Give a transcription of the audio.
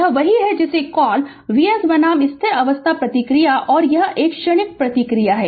यह वही है जिसे कॉल Vs बनाम स्थिर अवस्था प्रतिक्रिया है और यह क्षणिक प्रतिक्रिया है